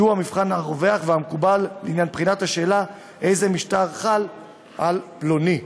שהוא המבחן הרווח והמקובל לעניין בחינת השאלה איזה משטר מס חל על פלוני.